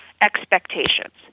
expectations